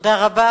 תודה רבה.